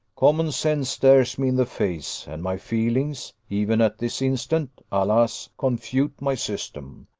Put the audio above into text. common sense stares me in the face, and my feelings, even at this instant, alas! confute my system.